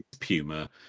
puma